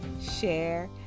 share